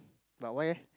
but why leh